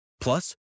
Plus